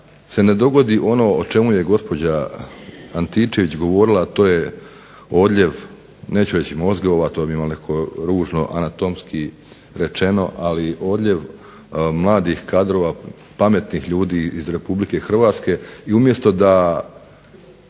se ne dogodi ono o čemu je gospođa Antičević govorila a to je odljev, neću reći mozgova, to bi bilo onako ružno anatomski rečeno, odljev mladih kadrova pametnih ljudi iz Republike Hrvatske, i umjesto da